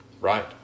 right